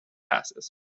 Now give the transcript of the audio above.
passes